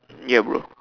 ya bro